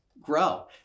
grow